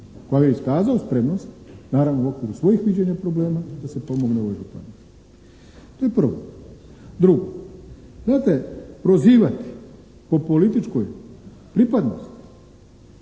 … iskazao spremnost naravno u okviru svojih viđenja problema da se pomogne ovoj županiji. To je prvo. Drugo, znate prozivati po političkoj pripadnosti